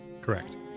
Correct